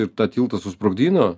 ir tą tiltą susprogdino